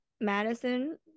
Madison